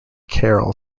carroll